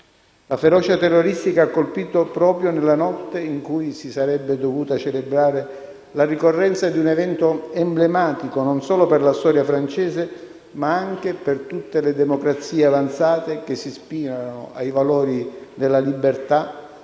La ferocia terroristica ha colpito proprio nella notte in cui si sarebbe dovuta celebrare la ricorrenza di un evento emblematico non solo per la storia francese, ma anche per tutte le democrazie avanzate che si ispirano ai valori della libertà,